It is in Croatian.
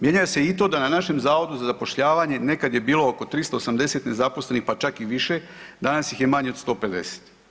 Mijenja se i to da na našem zavodu za zapošljavanje nekad je bilo oko 380 nezaposlenih pa čak i više, danas ih je manje od 150.